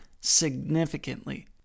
significantly